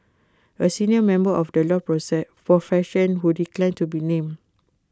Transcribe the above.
A senior member of the law profession who declined to be named